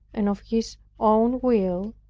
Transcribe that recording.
and of his own will,